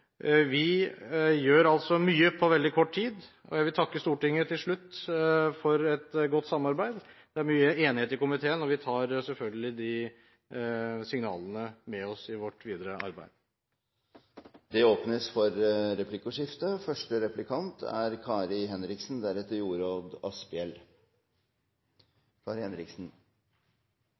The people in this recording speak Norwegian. Vi gjør altså mye på veldig kort tid, og jeg vil takke Stortinget til slutt for et godt samarbeid. Det er mye enighet i komiteen, og vi tar selvfølgelig de signalene med oss i vårt videre arbeid. Det blir replikkordskifte. Jeg la merke til at statsråden var opptatt av tilstrekkelig soningskapasitet, og det er